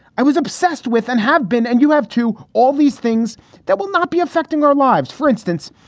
i was obsessed with and have been and you have to all these things that will not be affecting our lives, for instance.